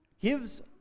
gives